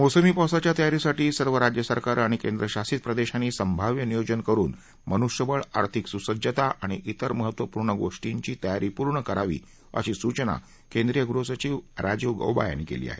मोसमी पावसाच्या तयारीसाठी सर्व राज्यसरकारं आणि केंद्रशासित प्रदेशांनी संभाव्य नियोजन करुन मनुष्यबळ आर्थिक सुसज्जता आणि इतर महत्त्वपूर्ण गोष्टींची तयारी पूर्ण करावी अशी सूचना केंद्रीय गृहसचिव राजीव गौबा यांनी केली आहे